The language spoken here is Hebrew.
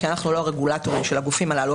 כי אנחנו לא הרגולטורים של הגופים הללו,